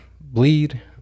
bleed